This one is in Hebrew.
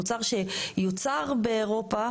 מוצר שיוצר באירופה,